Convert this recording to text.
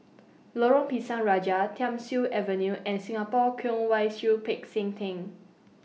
Lorong Pisang Raja Thiam Siew Avenue and Singapore Kwong Wai Siew Peck San Theng